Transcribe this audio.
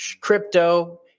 crypto